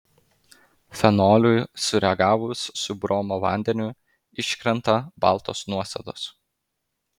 fenoliui sureagavus su bromo vandeniu iškrenta baltos nuosėdos